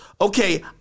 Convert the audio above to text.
okay